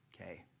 Okay